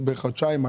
בחודשיים.